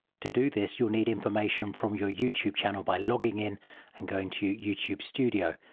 to do this, you'll need information from your youtube channel by logging in and going to youtube studio.